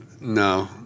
No